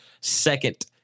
second